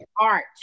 art